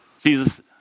Jesus